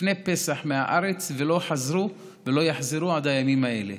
לפני פסח מהארץ ולא חזרו ולא יחזרו עד הימים האלה.